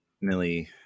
Millie